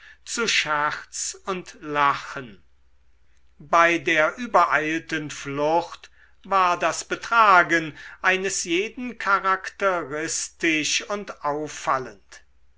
zu scherz und lachen bei der übereilten flucht war das betragen eines jeden charakteristisch und auffallend